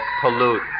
pollute